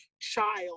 child